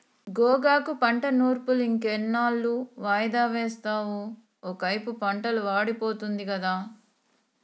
గోగాకు పంట నూర్పులింకెన్నాళ్ళు వాయిదా వేస్తావు ఒకైపు పంటలు వాడిపోతుంది గదా